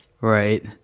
right